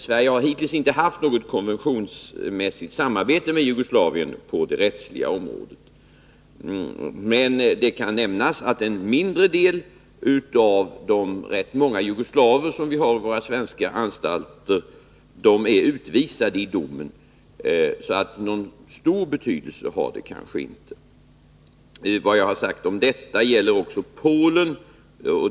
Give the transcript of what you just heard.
Sverige har dock hittills inte haft något konventionsmässigt samarbete med Jugoslavien på det rättsliga området. Men det kan nämnas att en mindre del av de rätt många jugoslaver som vi har på våra svenska anstalter enligt domen Nr 97 är utvisade, varför detta kanske inte har så stor betydelse. Måndagen den Det jag nu sagt gäller också Polen.